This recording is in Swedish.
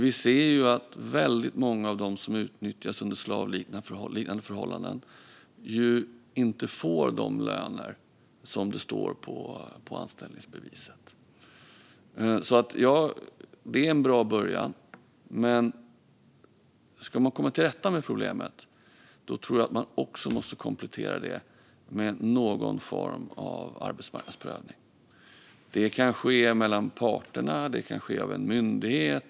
Vi ser nämligen att väldigt många av dem som utnyttjas under slavliknande förhållanden inte får de löner som står på anställningsbeviset. Det är alltså en bra början, men ska man komma till rätta med problemet tror jag att man även måste komplettera med någon form av arbetsmarknadsprövning. Det kan ske mellan parterna, eller det kan ske av en myndighet.